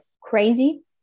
crazy